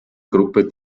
gruppe